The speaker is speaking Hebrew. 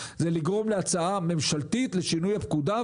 זה לגרום להצעה ממשלתית לשינוי הפקודה,